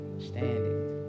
standing